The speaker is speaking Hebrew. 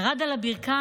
ירד על הברכיים,